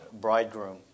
bridegroom